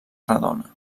redona